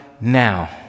now